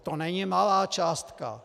To není malá částka.